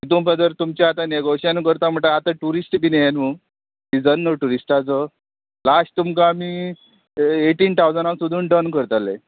तुमकां जर तुमचें आतां नेगोशियन करता म्हटल्यार आतां ट्युरिस्ट बीन हें न्हू सिजन न्हू ट्युरिस्टाचो लाश्ट तुमकां आमी एटीन ठावजंडाक सुद्दां डन करतले